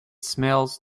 smells